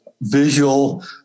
visual